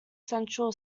central